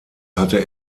hatte